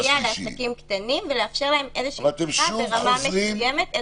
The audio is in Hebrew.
המטרה הייתה לסייע לעסקים קטנים ולאפשר להם פתיחה ברמה מסוימת,